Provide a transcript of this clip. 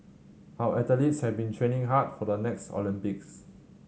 our athletes have been training hard for the next Olympics